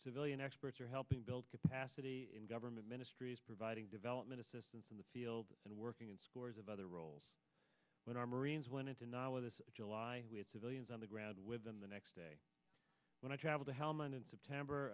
civilian experts are helping build capacity in government ministries providing development assistance in the field and working in scores of other roles but our marines went into nawa this july with civilians on the ground within the next day when i travel to helmand in september